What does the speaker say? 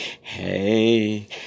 Hey